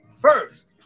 first